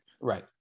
right